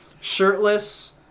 shirtless